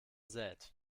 sät